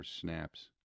snaps